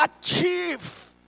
achieve